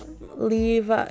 leave